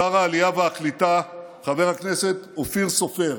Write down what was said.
שר העלייה והקליטה, חבר הכנסת אופיר סופר,